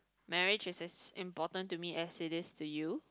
marriage is as important to me as it is to you